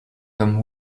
comme